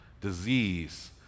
disease